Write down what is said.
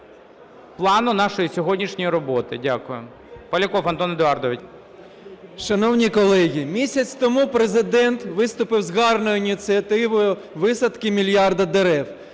плану нашої сьогоднішньої роботи. Дякую. Поляков Антон Едуардович. 11:00:43 ПОЛЯКОВ А.Е. Шановні колеги, місяць тому Президент виступив з гарною ініціативою висадки мільярда дерев.